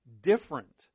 different